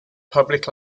public